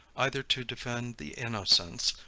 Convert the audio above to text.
either to defend the innocence,